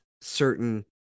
certain